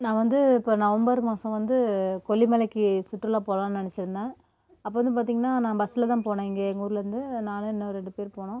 நான் வந்து இப்போ நவம்பர் மாசம் வந்து கொல்லி மலைக்கு சுற்றுலா போகலான்னு நினச்சிருந்தேன் அப்போ வந்து பார்த்தீங்கனா நான் பஸ்ஸுல் தான் போனேன் இங்கே எங்கள் ஊரில் இருந்து நானும் இன்னும் ரெண்டு பேர் போனோம்